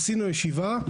עשינו ישיבה.